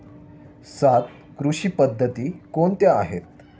सात कृषी पद्धती कोणत्या आहेत?